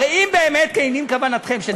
הרי אם באמת כנה כוונתכם שצריך לשלב את החרדים,